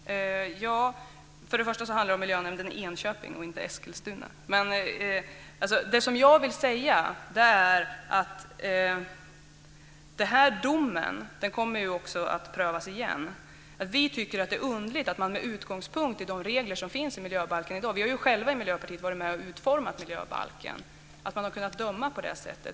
Herr talman! Till att börja med handlade det om miljönämnden i Enköping och inte i Eskilstuna. Denna dom kommer att prövas igen. Vi tycker att det är underligt att man med utgångspunkt i de regler som finns i miljöbalken - vi i Miljöpartiet har ju varit med och utformat dessa regler - har kunnat döma på det sättet.